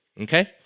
okay